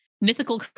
mythical